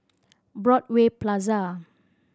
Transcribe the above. Broadway Plaza